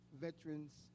veterans